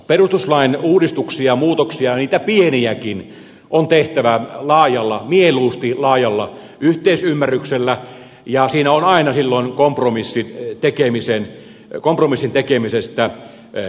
perustuslain uudistuksia ja muutoksia niitä pieniäkin on tehtävä mieluusti laajalla yhteisymmärryksellä ja siinä on aina silloin kompromissin tekemisestä kysymys